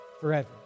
forever